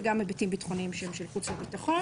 וגם היבטים ביטחוניים שהם של חוץ וביטחון.